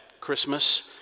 Christmas